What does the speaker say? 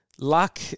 luck